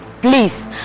Please